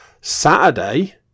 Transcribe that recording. Saturday